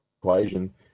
equation